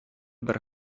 бер